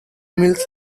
mills